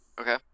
Okay